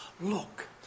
look